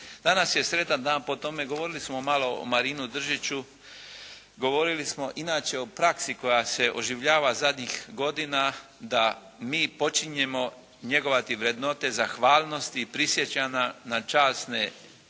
Danas je sretan dan po tome. Govorili smo malo o Marinu Držiću. Govorili smo inače o praksi koja se oživljava zadnjih godina da mi počinjemo njegovati vrednote zahvalnosti i prisjećanja na časne